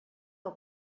del